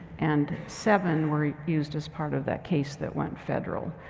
and seven were used as part of that case that went federal.